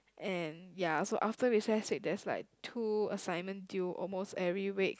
and ya so after recess week there's like two assignment due almost every week